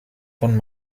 von